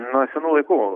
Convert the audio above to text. nuo senų laikų